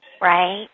Right